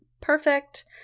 perfect